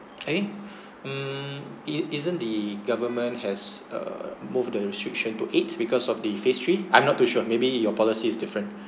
I think mm i~ isn't the government has err moved the restriction to eight because of the phase three I'm not too sure maybe your policy is different